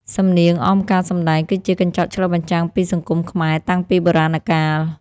សំនៀងអមការសម្ដែងគឺជាកញ្ចក់ឆ្លុះបញ្ចាំងពីសង្គមខ្មែរតាំងពីបុរាណកាល។